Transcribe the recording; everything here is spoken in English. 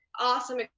awesome